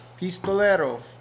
pistolero